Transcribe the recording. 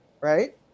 right